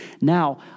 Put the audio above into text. Now